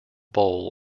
bowl